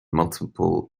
multiple